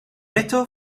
esto